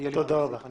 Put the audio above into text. תודה רבה, אדוני.